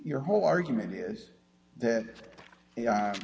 your whole argument is that